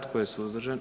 Tko je suzdržan?